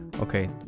okay